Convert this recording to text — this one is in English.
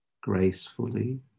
gracefully